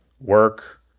work